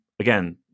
Again